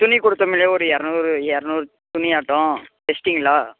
துணி கொடுத்தோம்ல ஒரு இரநூறு இரநூறு துணியாட்டோம் தெச்சுட்டிங்களா